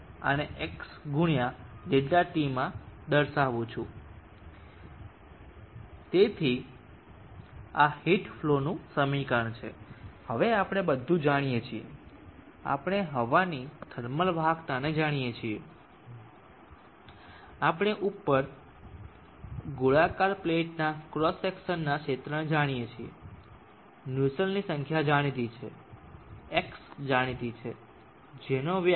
તેથી આ હીટ ફલોનું સમીકરણ છે હવે આપણે બધું જાણીએ છીએ આપણે હવાની થર્મલ વાહકતાને જાણીએ છીએ આપણે ઉપર ગોળાકાર પ્લેટના ક્રોસ સેક્શનના ક્ષેત્રને જાણીએ છીએ નુસેલ્ટની સંખ્યા જાણીતી છે X જાણીતી છે જેનો વ્યાસ 0